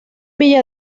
villa